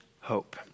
hope